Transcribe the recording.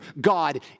God